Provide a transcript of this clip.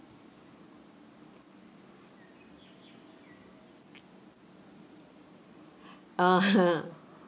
uh